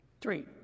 Three